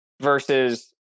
versus